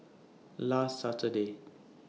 last Saturday